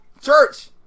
Church